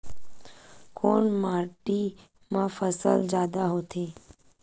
कोन माटी मा फसल जादा होथे?